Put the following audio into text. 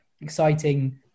exciting